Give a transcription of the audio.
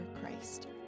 Christ